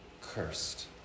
cursed